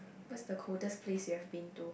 what's the coldest place you have been to